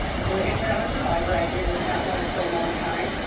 so like i said, i'm a survivor. i did live that life for a long time.